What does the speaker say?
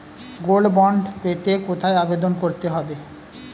Gold bond পেতে কোথায় আবেদন করতে হবে?